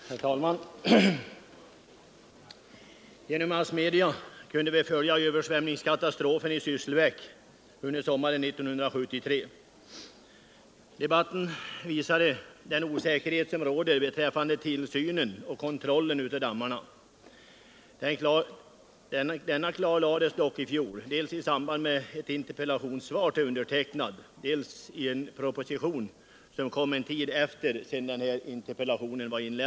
Herr talman! Genom massmedia kunde vi följa översvämningskatastrofen i Sysslebäck under sommaren 1973. Debatten visade den osäkerhet som råder beträffande tillsynen och kontrollen av dammarna Det problemet klarlades dock i fjol dels i samband med ett interpellationssvar till mig, dels i en proposition som kom en tid efter det att interpellationen framställts.